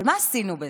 אבל מה עשינו בזה?